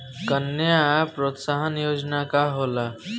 कन्या प्रोत्साहन योजना का होला?